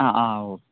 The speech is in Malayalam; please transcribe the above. ആ ആ ഒക്കെ